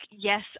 yes